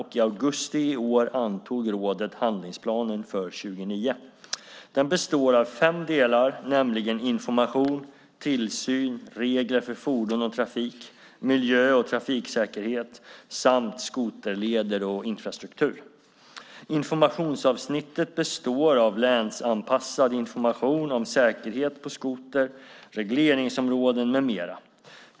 I augusti i år antog rådet handlingsplanen för 2009. Den består av fem delar, nämligen information, tillsyn, regler för fordon och trafik, miljö och trafiksäkerhet samt skoterleder och infrastruktur. Informationsavsnittet består av länsanpassad information om säkerhet på skoter, regleringsområden med mera.